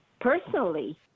personally